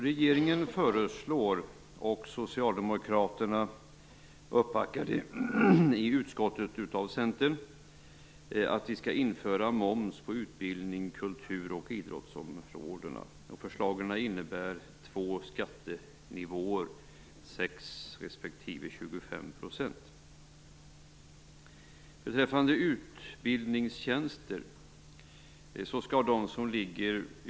Regeringen föreslår och Socialdemokraterna, i utskottet uppbackade av Centern, tillstyrker att vi skall införa moms på utbildnings-, kultur och idrottsområdena. Förslagen innebär två skattenivåer, 6 % respektive 25 %.